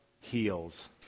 heals